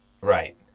Right